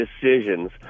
decisions